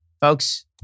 Folks